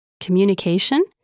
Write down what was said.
communication